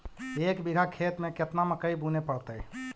एक बिघा खेत में केतना मकई बुने पड़तै?